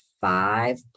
five